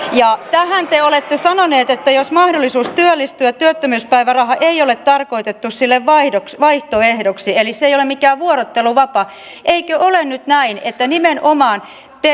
tähän te olette sanonut että jos on mahdollisuus työllistyä työttömyyspäiväraha ei ole tarkoitettu sille vaihtoehdoksi vaihtoehdoksi eli se ei ole mikään vuorotteluvapaa eikö ole nyt näin että nimenomaan